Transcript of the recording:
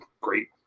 great